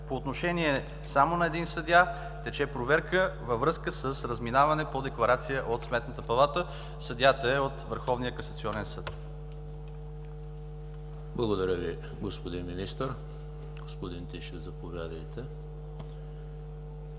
По отношение само на един съдия тече проверка във връзка с разминаване по декларация от Сметната палата – съдията е от Върховния касационен съд. ПРЕДСЕДАТЕЛ ЕМИЛ ХРИСТОВ: Благодаря Ви, господин Министър. Господин Тишев, заповядайте,